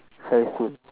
very soon